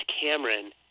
Cameron